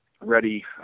ready